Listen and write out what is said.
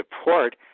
support